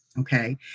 okay